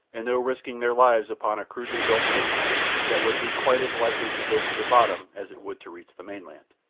and no risking their lives upon a crudely built makeshift that would be quite as likely to go to the bottom as it would to reach the mainland.